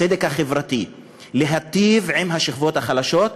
הצדק החברתי, להיטיב עם השכבות החלשות,